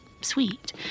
sweet